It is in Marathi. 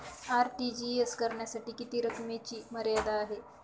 आर.टी.जी.एस करण्यासाठी किती रकमेची मर्यादा आहे?